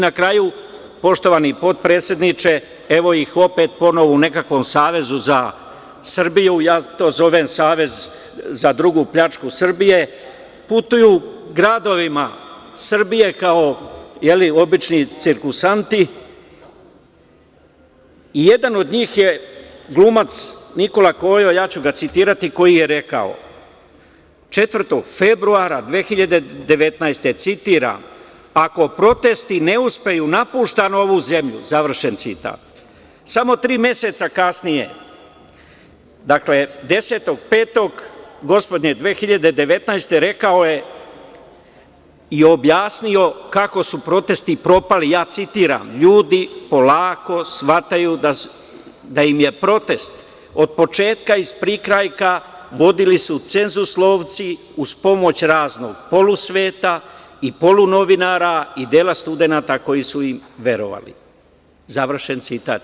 Na kraju, poštovani potpredsedniče, evo ih opet ponovo u nekakvom Savezu za Srbiju, ja to zovem - savez za drugu pljačku Srbije, putuju gradovima Srbije kao jedni obični cirkusanti i jedan od njih je glumac Nikola Kojo, 04. februara, 2019. godine, je rekao, citiram: „Ako protesti ne uspeju, napuštam ovu zemlju!“ Samo tri meseca kasnije, dakle, 10.05.2019. godine, je rekao i objasnio kako su protesti propali, citiram: „Ljudi polako shvataju kako im je protest od početka iz prikrajka, vodili su cenzus lovci uz pomoć raznog polusveta i polu novinara i dela studenata koji su im verovali“ Završen citat.